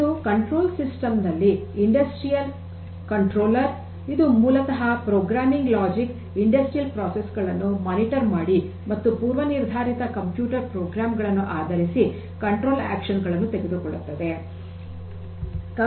ಇದು ನಿಯಂತ್ರಣ ಸಿಸ್ಟಮ್ ನಲ್ಲಿ ಕೈಗಾರಿಕಾ ನಿಯಂತ್ರಕ ಇದು ಮೂಲತಃ ಪ್ರೋಗ್ರಾಮಿಂಗ್ ಲಾಜಿಕ್ ಇಂಡಸ್ಟ್ರಿಯಲ್ ಪ್ರಕ್ರಿಯೆಗಳನ್ನು ಮೇಲ್ವಿಚಾರಣೆ ಮಾಡಿ ಮತ್ತು ಪೂರ್ವ ನಿರ್ಧಾರಿತ ಕಂಪ್ಯೂಟರ್ ಪ್ರೋಗ್ರಾಮ್ ಗಳನ್ನು ಆಧರಿಸಿ ನಿಯಂತ್ರಣ ಕ್ರಿಯೆಗಳನ್ನು ತೆಗೆದುಕೊಳ್ಳೊತ್ತದೆ